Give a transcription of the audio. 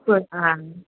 चल आ